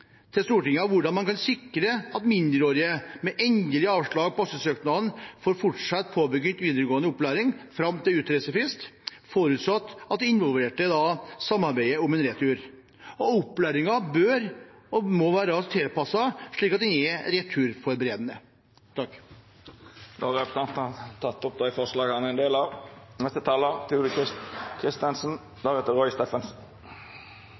hvordan man kan sikre at mindreårige med endelig avslag på asylsøknad får fortsette påbegynt videregående opplæring fram til utreisefrist, forutsatt at de involverte samarbeider om retur. Opplæringen bør være tilpasset slik at den er returforberedende». Representanten Jorodd Asphjell har teke opp det forslaget han refererte. Høyre er opptatt av at unge asylsøkere skal ha en god og meningsfull hverdag. Vi er